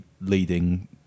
leading